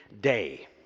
day